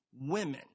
women